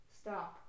Stop